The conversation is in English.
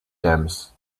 jams